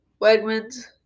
Wegmans